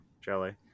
Jelly